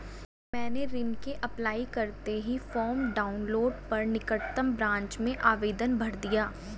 मैंने ऋण के अप्लाई करते ही फार्म डाऊनलोड कर निकटम ब्रांच में आवेदन भर दिया